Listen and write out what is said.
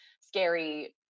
scary